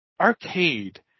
Arcade